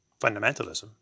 fundamentalism